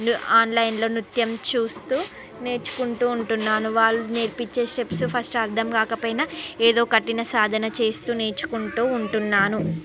ను ఆన్లైన్లో నృత్యం చూస్తూ నేర్చుకుంటూ ఉంటున్నాను వాళ్ళు నేర్పించే స్టెప్స్ ఫస్ట్ అర్ధం కాకపోయినా ఏదో కఠిన సాధన చేస్తూ నేర్చుకుంటూ ఉంటున్నాను